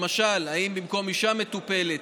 למשל אם במקום אישה מטופלת,